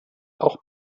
auch